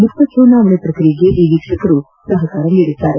ಮುಕ್ತ ಚುನಾವಣಾ ಪ್ರಕ್ರಿಯೆಗೆ ಈ ವೀಕ್ಷಕರು ಸಹಕರಿಸಲಿದ್ದಾರೆ